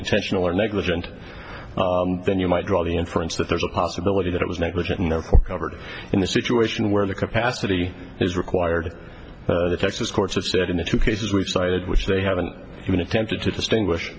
intentional or negligent then you might draw the inference that there's a possibility that it was negligent and therefore covered in a situation where the capacity is required the texas courts have said in the two cases we've cited which they haven't even attempted to distinguish